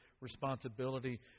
responsibility